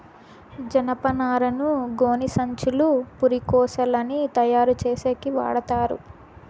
జనపనారను గోనిసంచులు, పురికొసలని తయారు చేసేకి వాడతారు